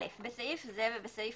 59ט. (א) בסעיף זה ובסעיף